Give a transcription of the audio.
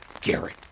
Garrett